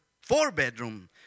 four-bedroom